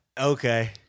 Okay